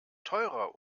teurer